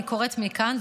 אני קוראת מכאן,